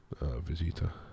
Visita